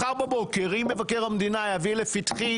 מחר בבוקר אם מבקר המדינה יביא לפתחה